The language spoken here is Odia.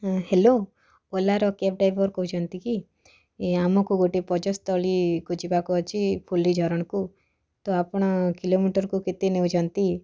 ହଁ ହ୍ୟାଲୋ ଓଲାର କ୍ୟାବ୍ ଡ୍ରାଇଭର୍ କହୁଛନ୍ତି କି ଏ ଆମକୁ ଗୋଟେ ପର୍ଯ୍ୟଟନସ୍ଥଳୀକୁ ଯିବାକୁ ଅଛି ଫୁଲିଝରଣକୁ ତ ଆପଣ କିଲୋମିଟର୍କୁ କେତେ ନେଉଛନ୍ତି